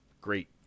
Great